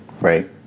right